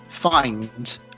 find